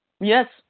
Yes